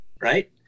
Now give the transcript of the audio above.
Right